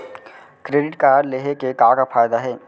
Credit card लेहे के का का फायदा हे?